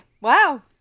Wow